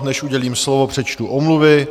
Než udělím slovo, přečtu omluvy.